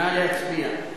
נא להצביע.